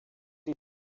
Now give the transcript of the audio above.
die